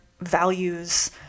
values